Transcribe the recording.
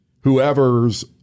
whoever's